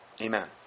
Amen